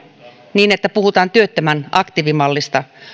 niin että puhutaan työttömän aktiivimallista